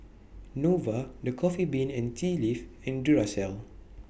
Nova The Coffee Bean and Tea Leaf and Duracell